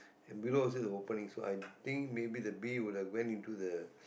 and below also got opening so I think maybe the bee would have went into the